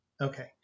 Okay